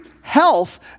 health